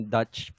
Dutch